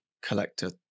collector